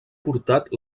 portat